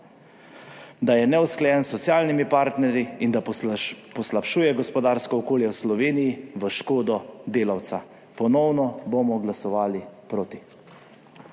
da je neusklajen s socialnimi partnerji in da poslabšuje gospodarsko okolje v Sloveniji v škodo delavca. Ponovno bomo glasovali proti.